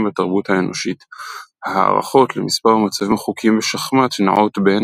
בתרבות האנושית; ההערכות למספר המצבים החוקיים בשחמט נעות בין